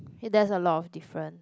hey that's a lot of different